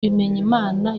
bimenyimana